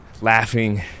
laughing